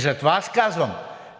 Затова казвам,